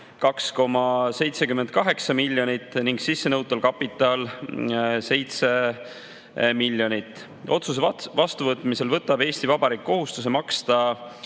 2,78 miljonit [eurot] ning sissenõutav kapital 7 miljonit [eurot]. Otsuse vastuvõtmisel võtab Eesti Vabariik kohustuse maksta